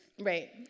Right